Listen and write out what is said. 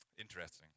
Interesting